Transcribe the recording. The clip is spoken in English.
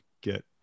get